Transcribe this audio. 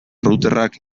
routerrak